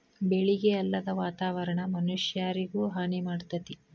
ಬೆಳಿಗೆ ಅಲ್ಲದ ವಾತಾವರಣಾ ಮನಷ್ಯಾರಿಗು ಹಾನಿ ಮಾಡ್ತತಿ